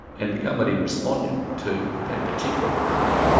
and the government in responding to that particular report,